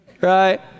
Right